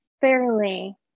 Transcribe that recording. fairly